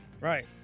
right